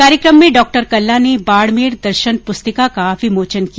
कार्यक्रम में डॉ कल्ला ने बाडमेर दर्शन पुस्तिका का विमोचन किया